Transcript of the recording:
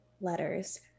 letters